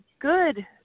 good